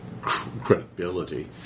credibility